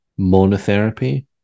monotherapy